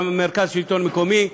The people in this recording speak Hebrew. מרכז השלטון המקומי,